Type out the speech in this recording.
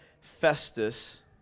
Festus